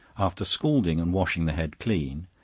after scalding and washing the head clean,